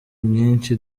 myinshi